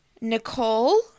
Nicole